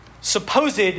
supposed